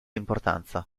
importanza